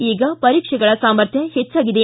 ಈಗ ಪರೀಕ್ಷೆಗಳ ಸಾಮರ್ಥ್ಯ ಹೆಚ್ಚಾಗಿದೆ